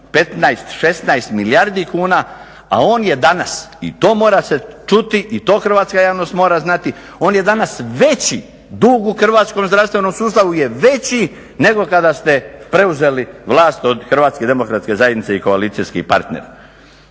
15, 16 milijuna kuna, a on je danas i to mora se čuti i to hrvatska javnost mora znati, on je danas veći dug u hrvatskom zdravstvenom sustavu je veći nego kada ste preuzeli vlast od HDZ-a i koalicijskih partnera.